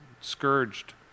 scourged